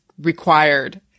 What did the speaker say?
required